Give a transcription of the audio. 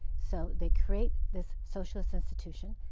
so they create this socialist institution.